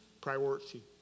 Priority